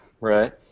right